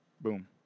boom